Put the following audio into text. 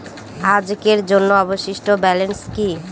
আজকের জন্য অবশিষ্ট ব্যালেন্স কি?